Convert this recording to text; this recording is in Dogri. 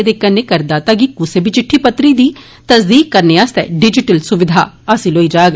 ऐदे कन्नै कर दाता गी कुसै बी चिट्टी पत्री दी तसदीक करने आस्तै डिजिल सुविधा हासिल होई जाग